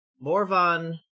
Morvan